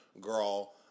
girl